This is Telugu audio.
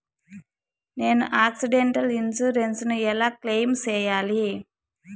నేను ఆక్సిడెంటల్ ఇన్సూరెన్సు ను ఎలా క్లెయిమ్ సేయాలి?